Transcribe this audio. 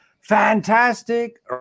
fantastic